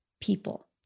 people